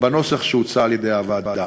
בנוסח שהוצע על-ידי הוועדה.